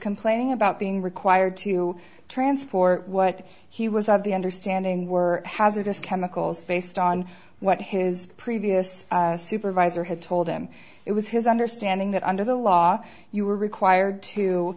complaining about being required to transport what he was at the understanding were hazardous chemicals based on what his previous supervisor had told him it was his understanding that under the law you were required to